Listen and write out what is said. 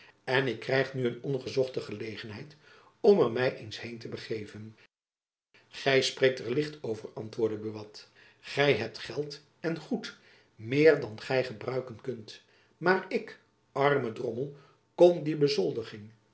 en ik krijg nu een ongezochte gelegenheid om er my eens heen te begeven gy spreekt er licht over antwoordde buat gy hebt geld en goed meer dan gy gebruiken kunt maar ik arme drommel kon die bezoldiging